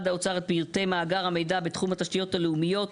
האוצר את פרטי מאגר המידע בתחום התשתיות הלאומיות.